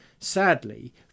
Sadly